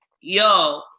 yo